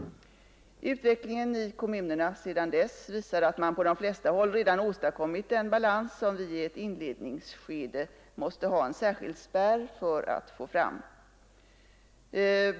Utvecklingen i kommunerna sedan dess visar att man på de flesta håll redan åstadkommit den balans som vi i ett inledningsskede måste ha en särskild spärr för att få fram.